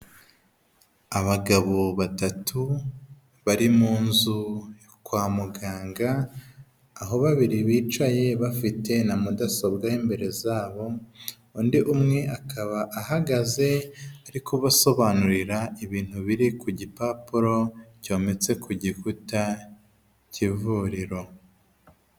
Abagabo batatu bari munzu kwa muganga aho babiri bicaye bafite na mudasobwa imbere zabo undi umwe akaba ahagaze ari kubasobanurira ibintu biri ku gipapuro cyometse ku gikuta cy'ivuriro.